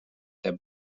der